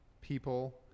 people